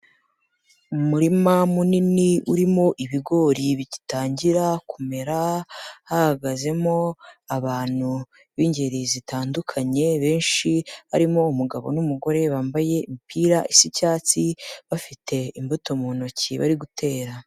Umurima munini urimo ibigori bigitangira kumera, hahagazemo abantu b'ingeri zitandukanye benshi, barimo umugabo n'umugore bambaye imipira isa icyatsi, bafite imbuto mu ntoki bari gutera.